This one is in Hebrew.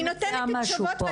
אני נותנת תשובות,